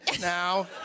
Now